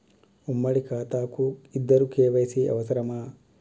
ఉమ్మడి ఖాతా కు ఇద్దరు కే.వై.సీ అవసరమా?